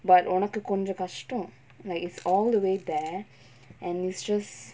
but ஒனக்கு கொஞ்சோ கஷ்டோ:onaku konjo kashto like it's all the way there and it's just